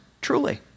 truly